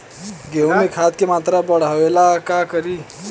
गेहूं में खाद के मात्रा बढ़ावेला का करी?